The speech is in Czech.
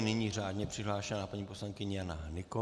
Nyní řádně přihlášená paní poslankyně Jana Hnyková.